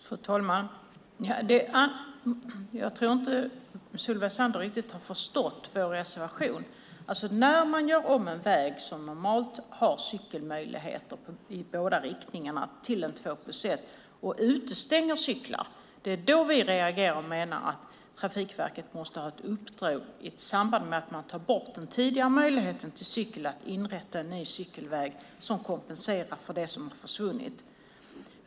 Fru talman! Jag tror inte att Solveig Zander riktigt har förstått vår reservation. När man gör om en väg som normalt har cyklingsmöjligheter i båda riktningarna till en två-plus-ett-väg och utestänger cyklisterna reagerar vi och menar att Trafikverket i samband med att möjligheten till cykling tas bort måste ha ett uppdrag att inrätta en ny cykelväg som kompenserar för den som försvinner.